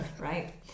right